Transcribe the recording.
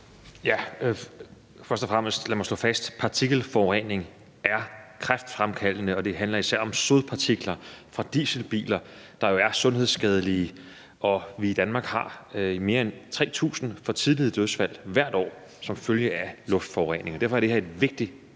mig først og fremmest slå fast, at partikelforurening er kræftfremkaldende, og det handler især om sodpartikler fra dieselbiler, der jo er sundhedsskadelige. Vi har i Danmark mere end 3.000 for tidlige dødsfald hvert år som følge af luftforureningen, og derfor er det et vigtigt